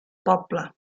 poble